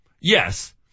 Yes